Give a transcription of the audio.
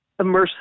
immersive